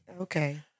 Okay